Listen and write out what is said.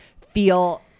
feel